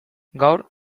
gaur